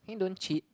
can you don't cheat